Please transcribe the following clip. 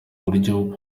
buryo